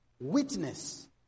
witness